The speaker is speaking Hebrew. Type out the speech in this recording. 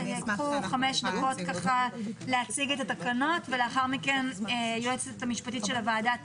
יש לכם חמש דקות להציג את התקנות ולאחר מכן היועצת המשפטית של הוועדה,